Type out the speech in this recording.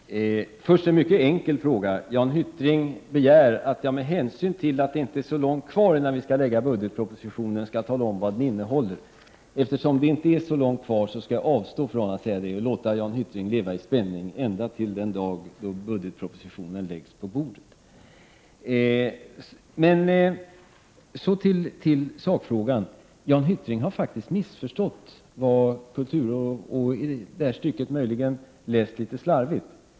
Fru talman! Först en mycket enkel fråga. Jan Hyttring begär att jag — med hänsyn till att det inte är så lång tid kvar innan vi skall lägga fram budgetpropositionen — skall tala om vad den innehåller. Eftersom det inte är så lång tid kvar skall jag emellertid avstå från att säga det och låta Jan Hyttring leva i spänning ända till den dag då budgetpropositionen läggs på bordet. Så till sakfrågan. Jan Hyttring har faktiskt missförstått vad kulturrådet har sagt och möjligen läst litet slarvigt.